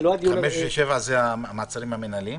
5 ו-7 זה המעצרים המינהליים?